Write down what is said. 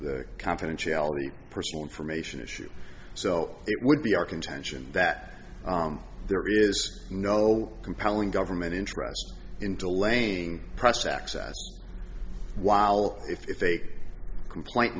the confidentiality personal information issue so it would be our contention that there is no compelling government interest in delaying press access while if a complaint